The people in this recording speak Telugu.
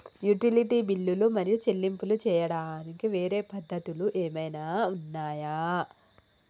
యుటిలిటీ బిల్లులు మరియు చెల్లింపులు చేయడానికి వేరే పద్ధతులు ఏమైనా ఉన్నాయా?